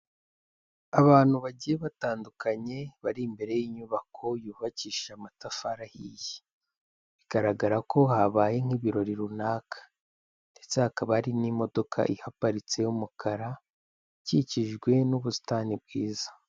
Abantu bagiye batandukanye bari imbere y'inyubako yubakishije amatafari ahiye, bigaragara ko habaye nk'ibirori runaka ndetse hakaba hari n'imodoka ihaparitse y'umukara, ikikijwe n'ubusitani bwiza.